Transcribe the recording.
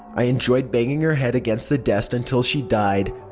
i enjoyed banging her head against the desk until she died.